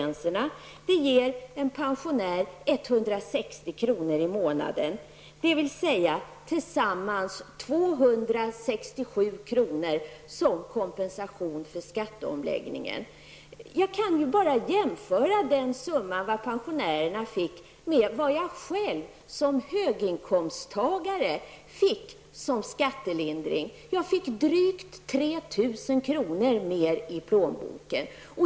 i månaden ger en pensionär 160 kr. i månaden. Tillsammans blir det 267 kr. som kompensation för skatteomläggningen. Jag kan bara jämföra den summa som pensionärerna fick med det jag själv som höginkomsttagare fick som skattelindring. Jag fick drygt 3 000 kr. mer i plånboken.